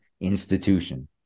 institution